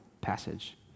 passage